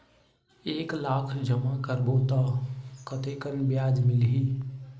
एक लाख जमा करबो त कतेकन ब्याज मिलही?